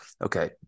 Okay